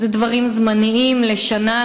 אלה דברים זמניים לשנה,